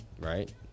right